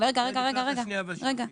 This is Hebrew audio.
הרווחה,